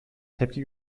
tepki